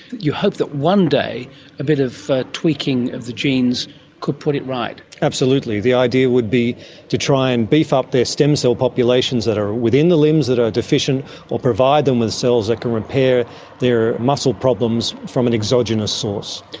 you hope that one day a bit of tweaking of the genes could put it right. absolutely, the idea would be to try and beef up their stem cell populations that are within the limbs that are deficient or provide them with cells that can repair their muscle problems from an exogenous source.